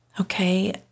okay